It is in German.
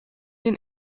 den